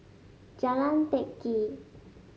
Jalan Teck Kee